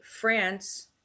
France